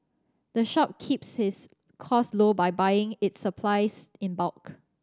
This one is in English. the shop keeps its costs low by buying its supplies in bulk